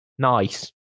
Nice